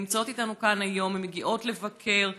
הן נמצאות איתנו כאן היום, הן מגיעות לבקר.